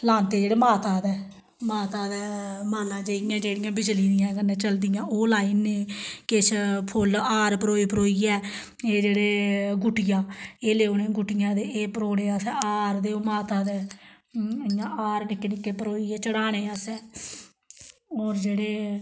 लांदे जेह्ड़े माता दे माता दे मालां जेहियां जेह्ड़ियां बिजली दियां कन्नै चलदियां ओह् लाई ओड़नें किश फुल्ल हार परोई परोइयै एह् जेह्ड़े गुट्टियां एह् लेई औन्नें गुट्टियां ते एह् परोने असें हार ते ओह् माता दे इ'यां हार निक्के निक्के परोइयै चढ़ाने असें होर जेह्ड़े